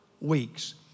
weeks